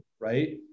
right